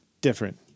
Different